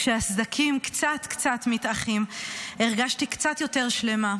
כשהסדקים קצת קצת מתאחים הרגשתי קצת יותר שלמה.